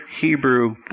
Hebrew